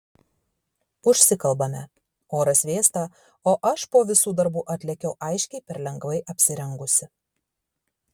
užsikalbame oras vėsta o aš po visų darbų atlėkiau aiškiai per lengvai apsirengusi